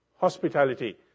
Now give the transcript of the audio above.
hospitality